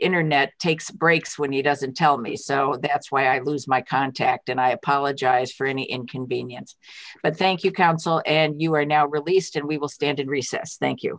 internet takes breaks when he doesn't tell me so that's why i lose my contact and i apologize for any inconvenience but thank you counsel and you are now released and we will stand in recess thank you